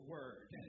Word